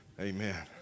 Amen